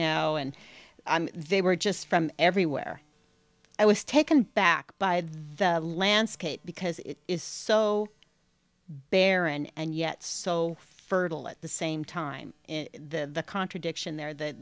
now and they were just from everywhere i was taken back by the landscape because it is so barren and yet so fertile at the same time the contradiction there th